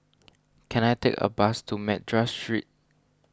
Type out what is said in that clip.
can I take a bus to Madras Street